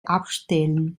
abstellen